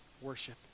worship